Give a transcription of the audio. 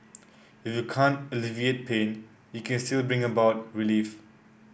if you can't alleviate pain you can still bring about relief